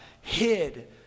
hid